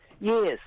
Yes